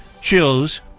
chills